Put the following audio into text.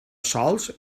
sòls